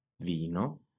Vino